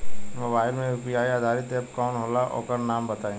Mobile म UPI आधारित app कौन होला ओकर नाम बताईं?